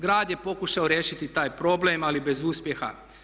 Grad je pokušao riješiti taj problem ali bez uspjeha.